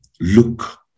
look